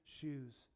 shoes